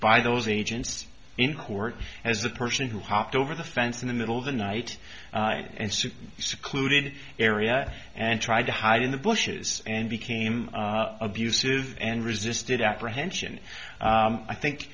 by those agents in court as the person who hopped over the fence in the middle of the night and sued secluded area and tried to hide in the bushes and became abusive and resisted apprehension i think